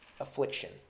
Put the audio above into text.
affliction